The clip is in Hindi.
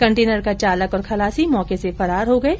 कंटेनर का चालक और खलासी मौके से फरार हो गये